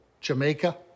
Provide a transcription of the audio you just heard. Jamaica